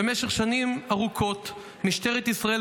במשך שנים ארוכות משטרת ישראל